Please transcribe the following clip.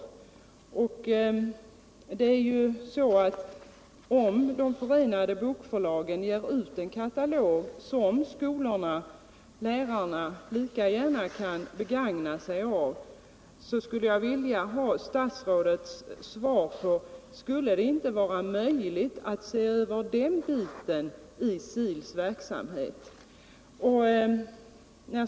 Jag skulle vilja ha statsrådets svar på frågan: Om de förenade bokförlagen ger ut en katalog som lärarna lika gärna kan begagna sig av, skulle det då inte vara möjligt att se över den biten av SIL:s verksamhet?